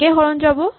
১ এ হৰণ যাব